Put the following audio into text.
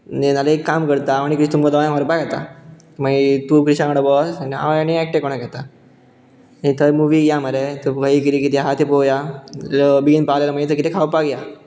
नाल्या एक काम करता हांव आनी क्रिश तुमकां दोगांकय व्हरपाक येता मागीर तूं क्रिशा वांगडा बस आनी हांव आनी एकटे कोणाक घेता थंय मुवी या मरे थंय कितें कितें आसा तें पोवया बेगीन पावले मागीर थंय कितें खावपाक या